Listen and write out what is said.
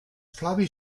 flavi